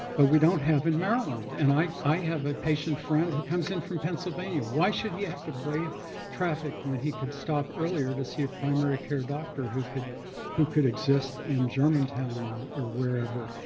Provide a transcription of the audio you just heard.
but we don't have in maryland. and i i have a patient friend who comes in from pennsylvania. why should he have to brave traffic when he could stop earlier to see a primary care doctor who could who could exist in germantown or or wherever.